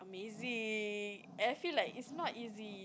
amazing I feel like it's not easy